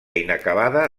inacabada